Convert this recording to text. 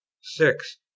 six